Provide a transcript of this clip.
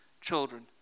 children